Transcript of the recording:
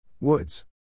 Woods